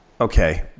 Okay